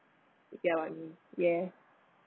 you get what I mean yeah